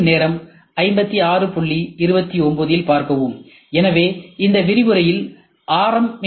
திரையின் நேரம் 5629இல் பார்க்கவும் எனவே இந்த விரிவுரையில் ஆர்